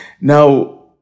now